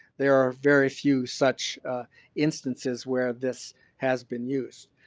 there are very few such instances where this has been used.